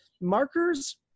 Markers